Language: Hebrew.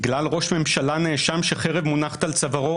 בגלל ראש ממשלה נאשם שחרב מונחת על צווארו,